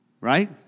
Right